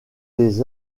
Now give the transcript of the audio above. des